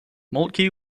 moltke